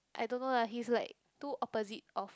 I don't know lah he's like too opposite of